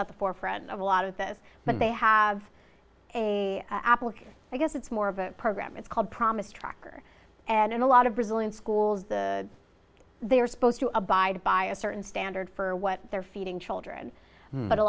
is at the forefront of a lot of this but they have a applique i guess it's more of a program it's called promise tracker and in a lot of brazilian schools the they are supposed to abide by a certain standard for what they're feeding children but a